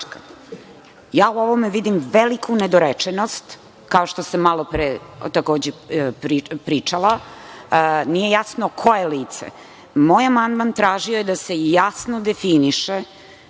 Ja u ovome vidim veliku nedorečenost, kao što sam malopre pričala, jer nije jasno koje lice. Moj amandman tražio je da se jasno definiše